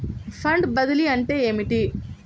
Fund బదిలీ అంటే ఏమిటి?